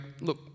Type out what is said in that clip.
look